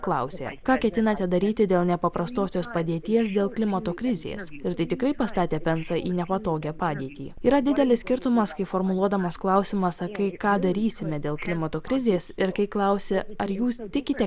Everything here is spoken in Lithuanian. klausė ką ketinate daryti dėl nepaprastosios padėties dėl klimato krizės ir tai tikrai pastatė pensą į nepatogią padėtį yra didelis skirtumas kai formuluodamas klausimą sakai ką darysime dėl klimato krizės ir kai klausi ar jūs tikite